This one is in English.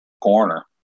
corner